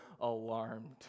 alarmed